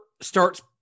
starts